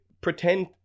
pretend